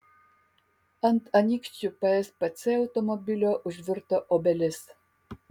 ant anykščių pspc automobilio užvirto obelis